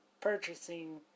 purchasing